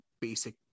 basic